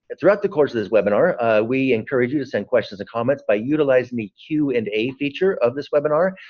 throughout the course of this webinar we encourage you to send questions or comments by utilizing the q and a feature of this webinar,